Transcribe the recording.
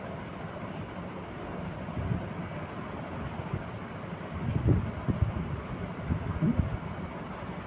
फूलो रो रोग मे पत्ती खाय वाला कीड़ा भी लागी जाय छै